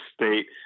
State